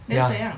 ya